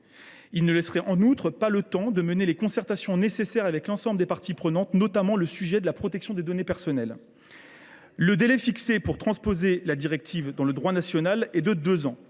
Il ne laisserait en outre pas le temps de mener les concertations nécessaires avec l’ensemble des parties prenantes, notamment sur le sujet de la protection des données personnelles. Le délai fixé pour transposer la directive dans le droit national est de deux ans.